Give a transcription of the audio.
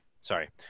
sorry